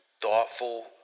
thoughtful